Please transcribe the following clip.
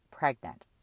pregnant